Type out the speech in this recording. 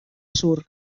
sur